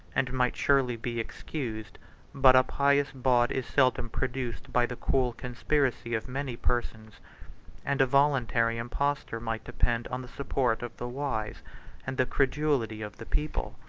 and might surely be excused but a pious baud is seldom produced by the cool conspiracy of many persons and a voluntary impostor might depend on the support of the wise and the credulity of the people.